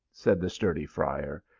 said the sturdy friar,